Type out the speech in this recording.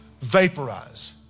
vaporize